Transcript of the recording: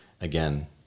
again